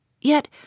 Yet